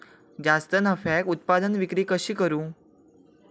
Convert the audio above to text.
जास्त नफ्याक उत्पादन विक्री कशी करू?